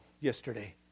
yesterday